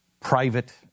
private